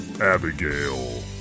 Abigail